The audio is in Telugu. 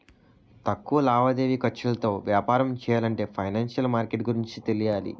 తక్కువ లావాదేవీ ఖర్చులతో వ్యాపారం చెయ్యాలంటే ఫైనాన్సిషియల్ మార్కెట్ గురించి తెలియాలి